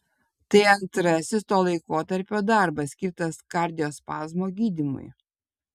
tai antrasis to laikotarpio darbas skirtas kardiospazmo gydymui